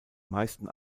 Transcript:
meisten